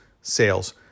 sales